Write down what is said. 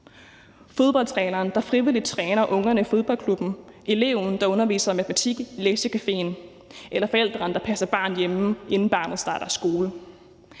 Fodboldtræneren, der frivilligt træner ungerne i fodboldklubben, eleven, der underviser i matematik i lektiecaféen, og forælderen, der passer barnet hjemme, inden barnet starter i skolen.